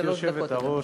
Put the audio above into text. גברתי היושבת-ראש,